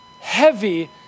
heavy